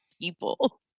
people